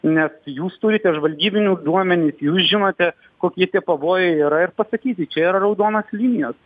nes jūs turite žvalgybinius duomenis jūs žinote kokie tie pavojai yra ir pasakyti čia raudonos linijos